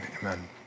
amen